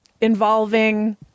involving